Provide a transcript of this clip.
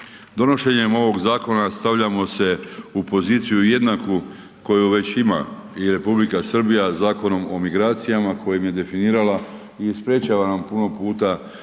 Donošenjem ovog zakona stavljamo se u poziciju jednaku koju već ima i Republika Srbija Zakonom o migracijama kojim je definirala i sprječava nam puta korištenje